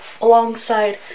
alongside